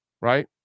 Right